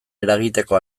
eragiteko